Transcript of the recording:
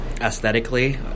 aesthetically